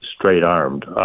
straight-armed